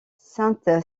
sainte